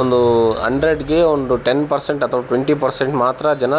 ಒಂದು ಅಂಡ್ರೆಡ್ಗೆ ಒಂದು ಟೆನ್ ಪರ್ಸೆಂಟ್ ಅಥವಾ ಟ್ವೆಂಟಿ ಪರ್ಸೆಂಟ್ ಮಾತ್ರ ಜನ